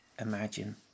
imagine